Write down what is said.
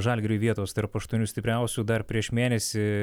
žalgiriui vietos tarp aštuonių stipriausių dar prieš mėnesį